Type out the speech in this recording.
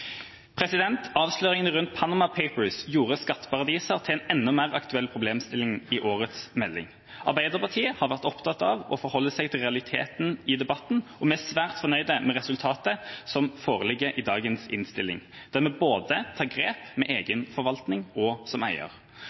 Avsløringene rundt The Panama Papers gjorde skatteparadiser til en enda mer aktuell problemstilling i årets melding. Arbeiderpartiet har vært opptatt av å forholde seg til realiteten i debatten, og vi er svært fornøyd med resultatet som foreligger i dagens innstilling, der vi tar grep både om egen forvaltning og som eier.